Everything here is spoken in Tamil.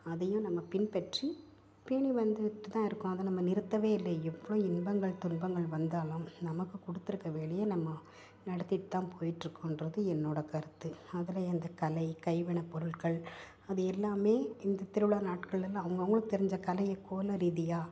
அதையும் நம்ம பின்பற்றி பேணி வந்துக்கிட்டுதான் இருக்கோம் அதை நம்ம நிறுத்தவே இல்ல எவ்வளோ இன்பங்கள் துன்பங்கள் வந்தாலும் நமக்கு கொடுத்துருக்க வேலையை நம்ம நடத்திட்டுதான் போயிட்டுருக்கோன்றது என்னோடய கருத்து அதில்இந்த கலை கைவினைப் பொருட்கள் அது எல்லாம் இந்த திருவிழா நாட்கள்லேருந்து அவங்கவங்களுக்கு தெரிஞ்ச கலையை கோலம் ரீதியாக